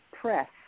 press